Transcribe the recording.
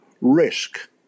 Risk